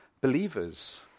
believers